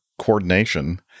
coordination